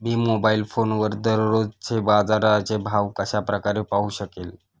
मी mobile फोनवर दररोजचे बाजाराचे भाव कशा प्रकारे पाहू शकेल?